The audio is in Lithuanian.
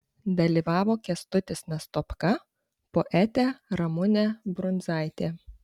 dalyvavo kęstutis nastopka poetė ramunė brundzaitė